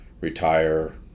retire